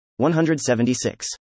176